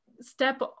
step